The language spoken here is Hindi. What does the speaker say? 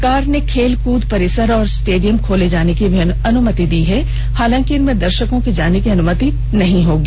सरकार ने खेल कूद परिसर और स्टेडियम खोले जाने की भी अनुमति दी है हालांकि इनमें दर्शकों के जाने की अनुमति नहीं होगी